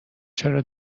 چرا